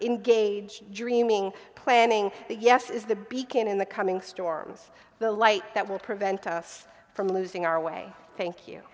in gauge dreaming planning the yes is the beacon in the coming storms the light that will prevent us from losing our way thank you